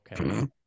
okay